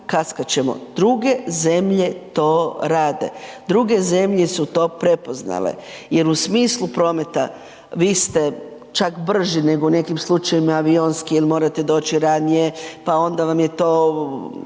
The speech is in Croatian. Druge zemlje to rade, druge zemlje su to prepoznale jel u smislu prometa vi ste čak brži nego u nekim slučajevima avionski ili morate doći ranije pa onda vam je to